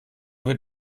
wird